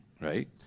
right